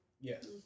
Yes